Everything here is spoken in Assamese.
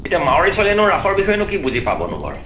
এতিয়া মাৰোৱাৰী ছোৱালীয়েনো ৰাসৰ বিষয়েনো কি বুজি পাবনো বাৰু